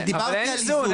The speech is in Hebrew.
דיברתי על איזון.